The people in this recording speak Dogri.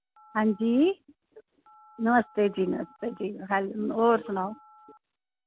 हां जी नमस्ते जी नमस्ते जी नम हैलो होर सनाओ